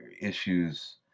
issues